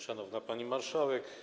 Szanowna Pani Marszałek!